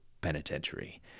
Penitentiary